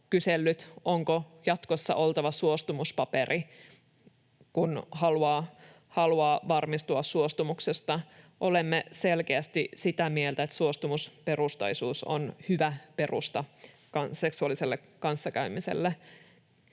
onko jatkossa oltava suostumuspaperi, kun haluaa varmistua suostumuksesta. Olemme selkeästi sitä mieltä, että suostumusperustaisuus on hyvä perusta seksuaaliselle kanssakäymiselle.